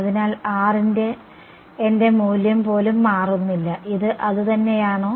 അതിനാൽ R ന്റെ എന്റെ മൂല്യം പോലും മാറുന്നില്ല ഇത് അതുതന്നെയാണോ